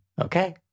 Okay